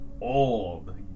old